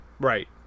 right